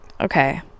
Okay